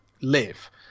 live